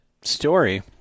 story